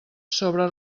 sobre